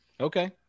Okay